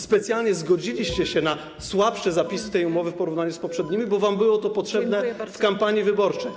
Specjalnie zgodziliście się na słabsze zapisy tej umowy w porównaniu z poprzednimi, bo było wam to potrzebne w kampanii wyborczej.